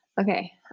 Okay